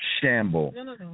shamble